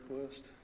request